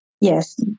Yes